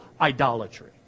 idolatry